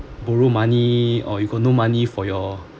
borrow money or you got no money for your